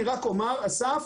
אני רק אומר אסף,